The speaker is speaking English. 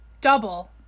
double